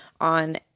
on